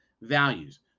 values